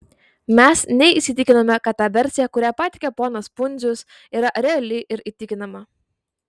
mes neįsitikinome kad ta versija kurią pateikė ponas pundzius yra reali ir įtikinama